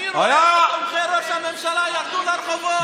אני רואה איך תומכי ראש הממשלה ירדו לרחובות,